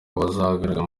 bazagaragara